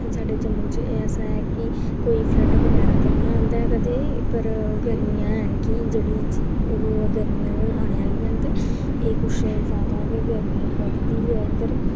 साढ़े जम्मू च ऐसा ऐ कि कोई फ्लड बगैरा ते निं है'न पर गर्मियां है'न की जेह्ड़ी ते गर्मियां हू'न आने आह्लियां न ते कुछ जादै गै गर्मी बधदी ऐ उद्धर